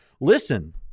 listen